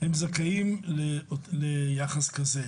הם זכאים ליחס כזה.